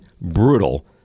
brutal